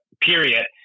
period